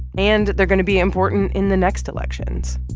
and they're going to be important in the next elections.